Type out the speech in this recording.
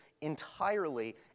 entirely